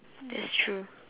that's true